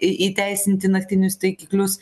į įteisinti naktinius taikiklius